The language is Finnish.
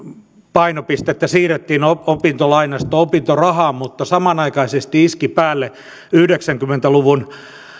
painopistettä siirrettiin opintolainasta opintorahaan mutta samanaikaisesti iski päälle yhdeksänkymmentä luvun